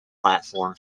platform